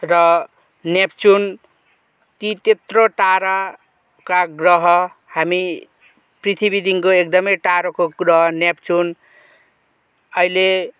र नेप्चुन ती त्यत्रो टाढाका ग्रह हामी पृथ्वीदेखिको एकदमै टाढोको ग्रह नेपचुन अहिले